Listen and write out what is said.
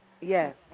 Yes